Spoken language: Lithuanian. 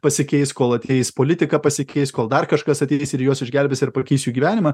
pasikeis kol ateis politika pasikeis kol dar kažkas ateitis ir juos išgelbės ir pakeis jų gyvenimą